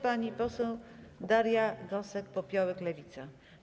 Pani poseł Daria Gosek-Popiołek, Lewica.